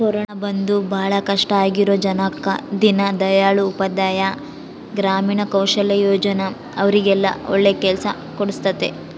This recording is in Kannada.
ಕೊರೋನ ಬಂದು ಭಾಳ ಕಷ್ಟ ಆಗಿರೋ ಜನಕ್ಕ ದೀನ್ ದಯಾಳ್ ಉಪಾಧ್ಯಾಯ ಗ್ರಾಮೀಣ ಕೌಶಲ್ಯ ಯೋಜನಾ ಅವ್ರಿಗೆಲ್ಲ ಒಳ್ಳೆ ಕೆಲ್ಸ ಕೊಡ್ಸುತ್ತೆ